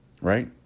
Right